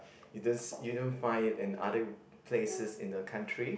you didn't you don't find in other places in the country